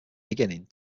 beginning